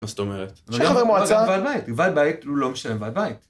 מה זאת אומרת? שיש חבר מועצה. ועד בית, ועד בית, הוא לא משלם ועד בית.